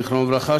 זכרו לברכה,